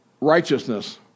righteousness